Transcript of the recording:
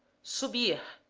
subir,